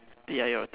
ya your turn